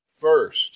first